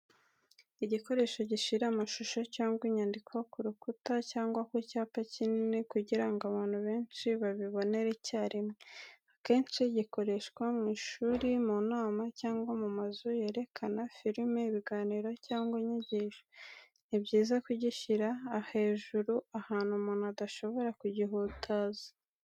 Igikoresho gishyira amashusho cyangwa inyandiko ku rukuta cyangwa ku cyapa kinini, kugira ngo abantu benshi babibonere icyarimwe. Akenshi gikoreshwa mu ishuri, mu nama, cyangwa mu mazu yerekana filime, ibiganiro cyangwa inyigisho. Ni byiza kugishyira hejuru ahantu umuntu adashobora kugihutaza.